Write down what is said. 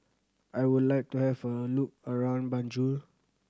I would like to have a look around Banjul